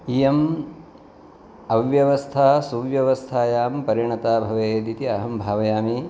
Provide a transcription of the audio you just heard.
इयम् अव्यवस्था सुव्यवस्थायां परिणता भवेत् इति अहं भावयामि